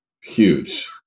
huge